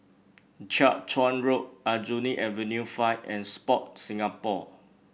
Jiak Chuan Road Aljunied Avenue Five and Sport Singapore